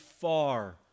far